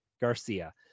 Garcia